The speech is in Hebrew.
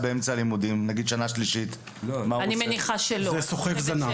אני מניחה שלא.